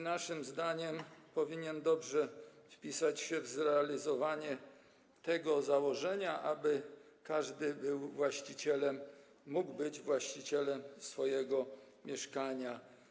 Naszym zdaniem powinien dobrze wpisać się w zrealizowanie tego założenia, aby każdy był właścicielem, mógł być właścicielem swojego mieszkania.